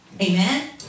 amen